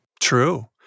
True